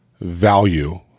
value